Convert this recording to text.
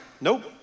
Nope